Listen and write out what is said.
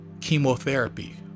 chemotherapy